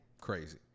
crazy